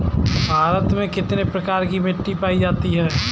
भारत में कितने प्रकार की मिट्टी पायी जाती है?